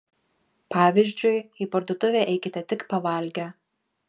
pavyzdžiui į parduotuvę eikite tik pavalgę